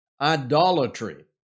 idolatry